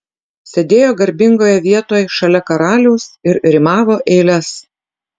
sėdėjo garbingoje vietoj šalia karaliaus ir rimavo eiles